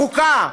בחוקה.